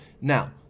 Now